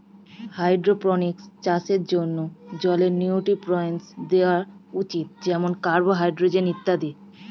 hydroponics চাষের জন্যে জলে নিউট্রিয়েন্টস দেওয়া উচিত যেমন কার্বন, হাইড্রোজেন ইত্যাদি